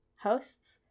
hosts